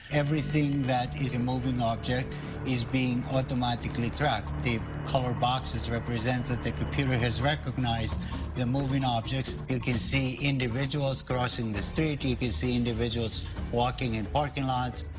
everything that is a moving object is being automatically tracked. the color boxes represent that the computer has recognized the moving objects. you can see individuals crossing the street. you can see individuals walking in parking lots.